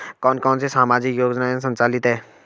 कौन कौनसी सामाजिक योजनाएँ संचालित है?